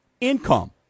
income